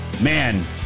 man